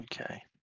Okay